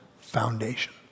foundation